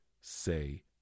say